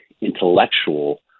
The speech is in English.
intellectual